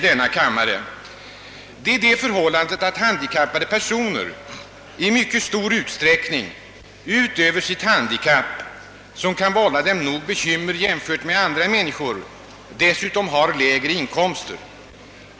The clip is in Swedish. Det är det förhållandet att handikappade personer i mycket stor utsträckning wutöver sitt handikapp, som kan vålla dem nog bekymmer, dessutom har lägre inkomster jämfört med andra människor.